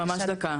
ממש דקה.